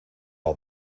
all